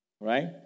Right